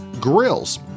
grills